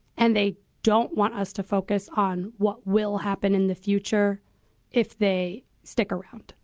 and they don't want us to focus on what will happen in the future if they stick around.